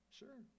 sure